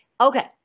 Okay